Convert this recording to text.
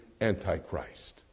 Antichrist